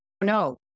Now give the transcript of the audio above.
No